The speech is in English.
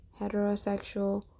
heterosexual